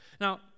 Now